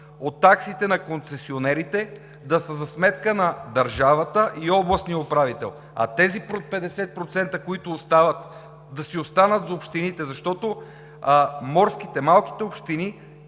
от таксите на концесионерите, да са за сметка на държавата и областния управител, а тези 50%, които остават, да си останат за общините. В морските – малките общини,